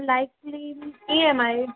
likely EMI